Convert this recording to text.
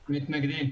מתנגדים.